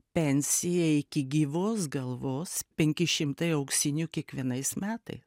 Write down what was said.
pensiją iki gyvos galvos penki šimtai auksinių kiekvienais metai